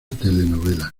telenovela